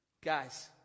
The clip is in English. Guys